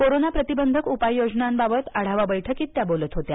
corona प्रतिबंधक उपाययोजनांबाबत आढावा बैठकीत त्या बोलत होत्या